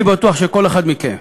אני בטוח שכל אחד מכם,